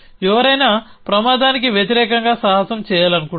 ఎవరైనా ప్రమాదానికి వ్యతిరేకంగా సాహసం చేయాలనుకుంటున్నారు